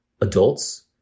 Adults